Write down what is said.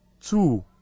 two